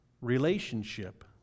relationship